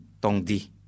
Tongdi